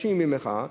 חוששים ממחאה,